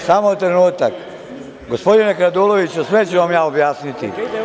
Samo trenutak, gospodine Raduloviću, sve ću vam ja objasniti.